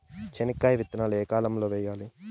చెనక్కాయ విత్తనాలు ఏ కాలం లో వేయాలి?